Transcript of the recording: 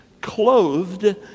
clothed